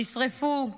נשרפו,